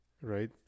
right